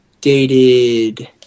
dated